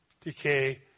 decay